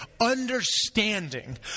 understanding